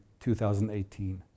2018